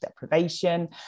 deprivation